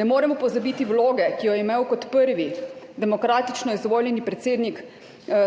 Ne moremo pozabiti vloge, ki jo je imel kot prvi demokratično izvoljeni predsednik,